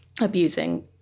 abusing